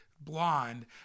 blonde